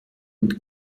und